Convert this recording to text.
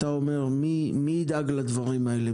אתה אומר מי ידאג לדברים האלה,